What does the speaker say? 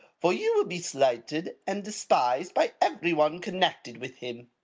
for you will be slighted and despised by everyone connected with him!